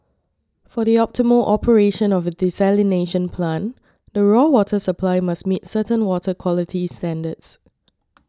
for the optimal operation of a desalination plant the raw water supply must meet certain water quality standards